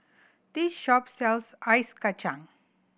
this shop sells Ice Kachang